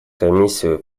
комиссию